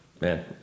Man